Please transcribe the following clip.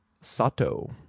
sato